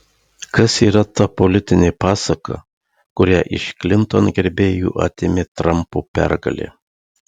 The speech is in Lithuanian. kas yra ta politinė pasaka kurią iš klinton gerbėjų atėmė trampo pergalė